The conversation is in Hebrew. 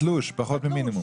בתלוש, פחות ממינימום.